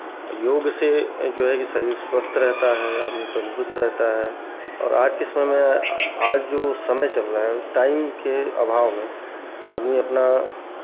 योग से जो है कि शरीर स्वस्थ रहता है आदमी तंदुरुस्त रहता है और आज के समय में आज जो समय चल रहा है उस टाइम के अभाव में आदमी अपना